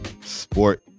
sport